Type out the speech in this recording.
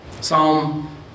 Psalm